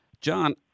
John